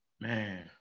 Man